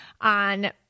on